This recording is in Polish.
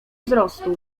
wzrostu